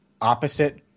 opposite